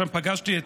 שם פגשתי את